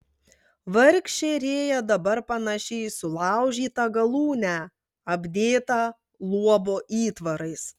vargšė rėja dabar panaši į sulaužytą galūnę apdėtą luobo įtvarais